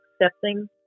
accepting